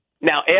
now